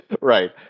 Right